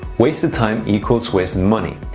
wasted time equals wasted money.